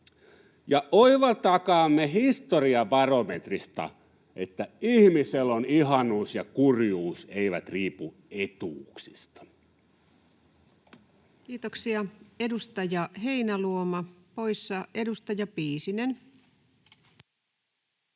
oivaltakaamme historiabarometrista, että ihmiselon ihanuus ja kurjuus eivät riipu etuuksista. Kiitoksia. — Edustaja Heinäluoma, poissa. — Edustaja Piisinen.